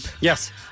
Yes